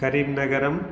करिम् नगरम्